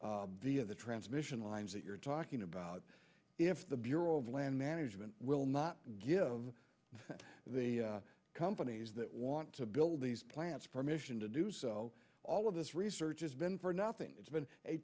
via the transmission lines that you're talking about if the bureau of land management will not give the companies that want to build these plants permission to do so all of this research has been for nothing it's been a